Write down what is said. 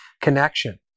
connection